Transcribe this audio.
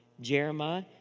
Jeremiah